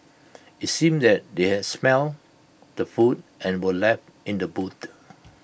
IT seemed that they had smelt the food and were left in the boot